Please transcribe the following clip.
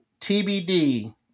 TBD